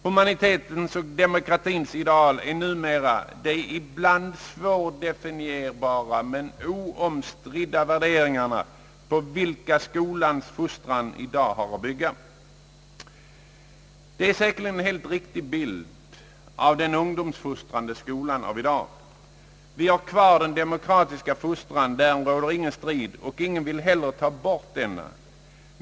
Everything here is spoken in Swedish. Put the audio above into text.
Humanitetens och demokratins ideal är numera de ibland svårdefinierade men oomstridda värderingar, på vilka skolans fostran i dag har ait bygga.» Detta är säkerligen en helt riktig bild av den ungdomsfostrande skolan just nu. Vi har den demokratiska fostran — därom råder ingen strid, och ingen vill heller ta bort denna.